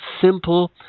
simple